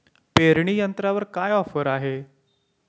पेरणी यंत्रावर काय ऑफर आहे?